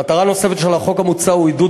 מטרה נוספת של החוק המוצע היא עידוד